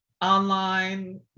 Online